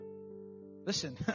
Listen